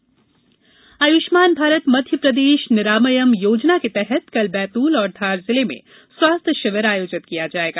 आयुष्मान भारत आयुष्मान भारत मध्यप्रदेश निरामयम योजना के तहत कल बैतूल और धार जिले में स्वास्थ्य शिविर आर्योजित किया जाएगा